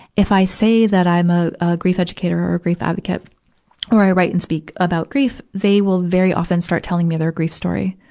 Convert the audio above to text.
if i say that i'm a, a grief educator or a grief advocate or i write and speak about grief, they will very often start telling me their grief story.